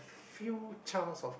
few chance of